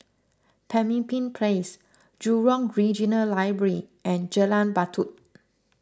Pemimpin Place Jurong Regional Library and Jalan Batu